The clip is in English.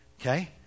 Okay